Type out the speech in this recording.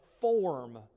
form